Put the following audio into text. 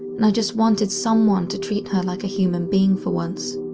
and i just wanted someone to treat her like a human being for once.